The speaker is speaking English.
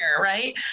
Right